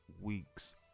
week's